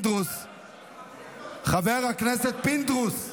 חבר הכנסת פינדרוס.